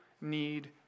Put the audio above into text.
need